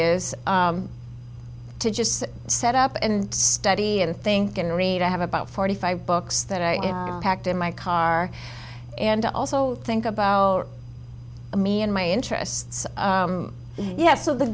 is to just set up and study and think and read i have about forty five books that i packed in my car and i also think about me and my interests yes of the